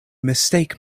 mistake